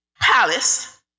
palace